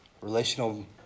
relational